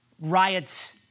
riots